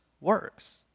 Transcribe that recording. works